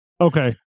Okay